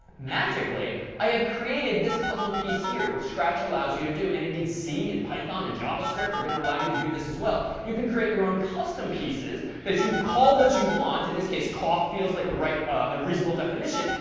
magically, i have created this puzzle piece here, which scratch allows you to do. and indeed c and python and javascript are going to allow you to do this as well. you can create your own custom pieces that you call what you want. in this case, cough feels like a ah reasonable definition.